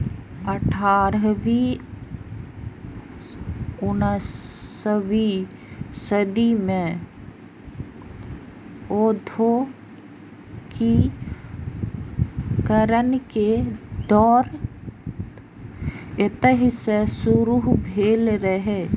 अठारहवीं उन्नसवीं सदी मे औद्योगिकीकरण के दौर एतहि सं शुरू भेल रहै